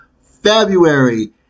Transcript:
February